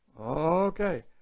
Okay